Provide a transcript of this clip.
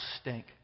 stink